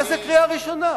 מה זה קריאה ראשונה?